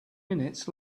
minutes